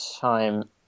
time